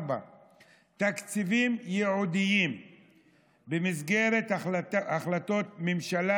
4. תקציבים ייעודיים במסגרת החלטות ממשלה